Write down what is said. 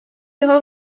його